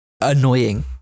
annoying